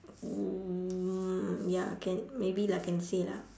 mm) ya can maybe lah can say lah